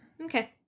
okay